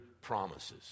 promises